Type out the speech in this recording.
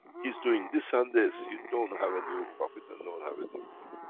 he's doing this and this, you don't have a new prophet, and don't have a new guru.